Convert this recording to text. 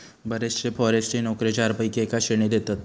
बरेचशे फॉरेस्ट्री नोकरे चारपैकी एका श्रेणीत येतत